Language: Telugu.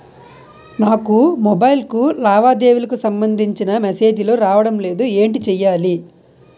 నాకు మొబైల్ కు లావాదేవీలకు సంబందించిన మేసేజిలు రావడం లేదు ఏంటి చేయాలి?